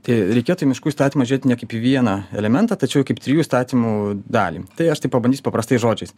tai reikėtų į miškų įstatymą žiūrėti ne kaip į vieną elementą tačiau kaip trijų įstatymų dalį tai aš taip pabandysiu paprastais žodžiais